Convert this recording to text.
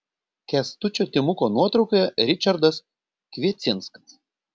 kęstučio timuko nuotraukoje ričardas kviecinskas